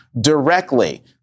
directly